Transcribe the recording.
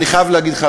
אני חייב להגיד לך,